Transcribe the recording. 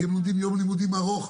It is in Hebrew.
כי הם לומדים יום לימודים ארוך,